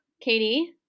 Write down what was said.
Katie